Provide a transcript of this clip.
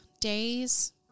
days